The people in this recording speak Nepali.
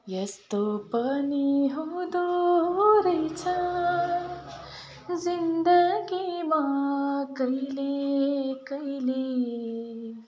यस्तो पनि हुँदो रहेछ जिन्दगीमा कहिले कहिले